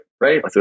right